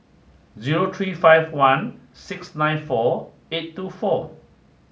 zero three five one six nine four eight two four